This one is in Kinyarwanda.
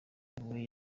niwe